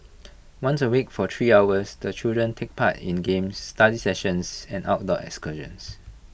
once A week for three hours the children take part in games study sessions and outdoor excursions